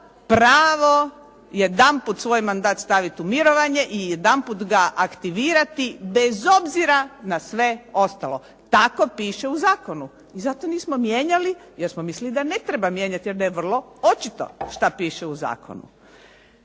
pravo jedanput svoj mandat stavit u mirovanje i jedanput ga aktivirati bez obzira na sve ostalo. Tako piše u zakonu i zato nismo mijenjali jer smo mislili da ne treba mijenjati jer da je vrlo očito što piše u zakonu.